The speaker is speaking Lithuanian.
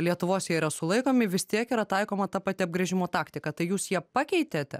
lietuvos jie yra sulaikomi vis tiek yra taikoma ta pati apgręžimo taktika tai jūs ją pakeitėte